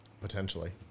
Potentially